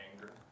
Anger